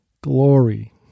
glory